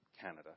Canada